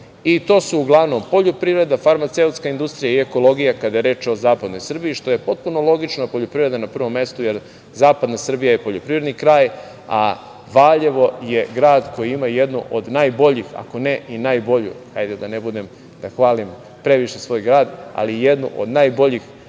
i to su uglavnom poljoprivreda, farmaceutska industrija i ekologija, kada je reč o zapadnoj Srbiji, što je potpuno logično da je poljoprivreda na prvom mestu, jer zapadna Srbija je poljoprivredni kraj, a Valjevo je grad koji ima jednu od najboljih, ako ne i najbolju, hajde da ne bude da hvalim previše svoj grad, ali jednu od najboljih